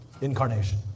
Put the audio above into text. incarnation